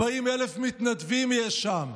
40,000 מתנדבים יש שם.